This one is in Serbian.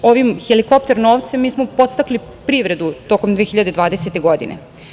Ovim helikopter novcem mi smo podstakli privredu tokom 2020. godine.